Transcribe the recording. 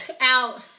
out